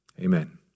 Amen